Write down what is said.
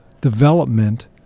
development